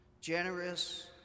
generous